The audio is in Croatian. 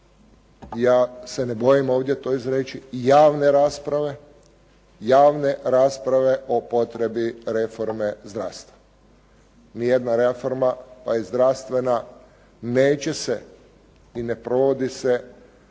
ja se ne bojim ovdje to izreći, javne rasprave o potrebi reforme zdravstva. Ni jedna reforma, pa i zdravstvena neće se i ne provodi se